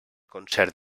concert